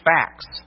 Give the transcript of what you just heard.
facts